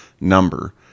number